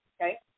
okay